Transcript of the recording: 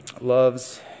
loves